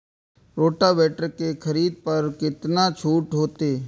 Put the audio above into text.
Rotavator के खरीद पर केतना छूट होते?